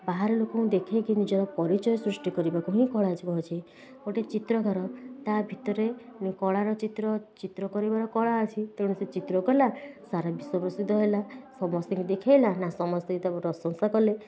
ବାହାର ଲୋକଙ୍କୁ ଦେଖାଇକି ନିଜର ପରିଚୟ ସୃଷ୍ଟି କରିବାକୁ ହିଁ କଳା କୁହାଯାଏ ଗୋଟେ ଚିତ୍ରକାର ତା ଭିତରେ କଳାର ଚିତ୍ର ଚିତ୍ର କରିବାର କଳା ଅଛି ତେଣୁ ସେ ଚିତ୍ର କଲା ସାରା ବିଶ୍ୱ ପ୍ରସିଦ୍ଧ ହେଲା ସମସ୍ତଙ୍କୁ ଦେଖେଇଲା ନା ସମସ୍ତେ ତାଙ୍କୁ ପ୍ରଶଂସା କଲେ